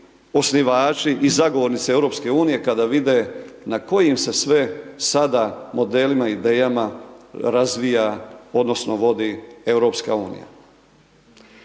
osnivači i zagovornici EU, kada vide na kojim se sve sada modelima, idejama, razvija odnosno, vodi EU.